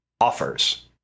offers